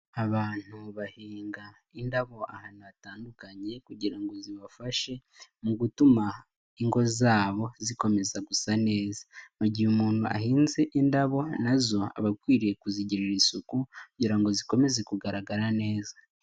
Abantu bahinga indabo ahantu hatandukanye kugira ngo zibafashe mu gutuma ingo zabo zikomeza gusa neza, mu gihe umuntu ahinze indabo nazo aba akwiriye kuzigirira isuku, kugira ngo zikomeze kugaragara neza.